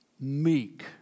Meek